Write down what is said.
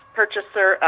purchaser